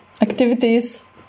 activities